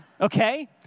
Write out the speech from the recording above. okay